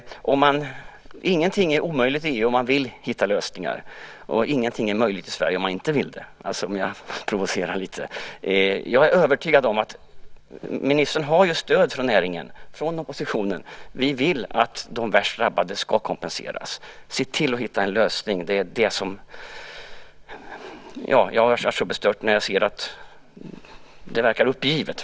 Ingenting är omöjligt i EU om man vill hitta lösningar - och ingenting är möjligt i Sverige om man inte vill det, om jag provocerar lite. Ministern har ju stöd från näringen och från oppositionen. Vi vill att de värst drabbade ska kompenseras. Se till att hitta en lösning! Jag blev så bestört; det verkar uppgivet.